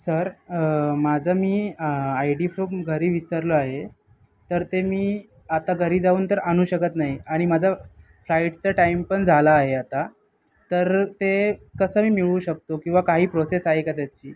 sir माझं मी I D फ्लो घरी विसरलो आहे तर ते मी आता घरी जाऊन तर आणू शकत नाही आणि माझा फ्लाईटचा टाईम पण झाला आहे आता तर ते कसं मी मिळू शकतो किंवा काही प्रोसेस आहे का त्याची